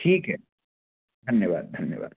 ठीक है धन्यवाद धन्यवाद